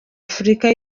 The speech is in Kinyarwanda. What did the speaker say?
afurika